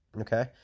Okay